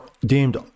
deemed